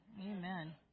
Amen